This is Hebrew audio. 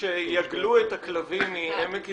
השאלה אם זה נכון נניח שיגלו את הכלבים מעמק יזרעאל,